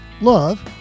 Love